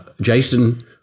Jason